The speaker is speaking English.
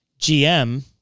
GM